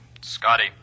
Scotty